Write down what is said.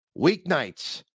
weeknights